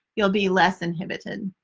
you'll be less inhibited.